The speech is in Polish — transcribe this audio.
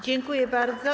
Dziękuję bardzo.